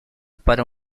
para